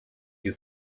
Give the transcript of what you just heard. you